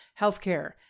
healthcare